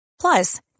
Plus